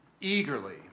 eagerly